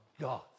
God